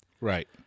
Right